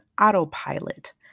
autopilot